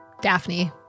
Daphne